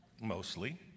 mostly